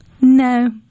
No